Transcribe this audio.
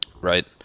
Right